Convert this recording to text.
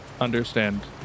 understand